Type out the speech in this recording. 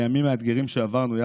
בימים המאתגרים שעברנו יחד,